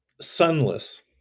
sunless